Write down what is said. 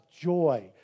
joy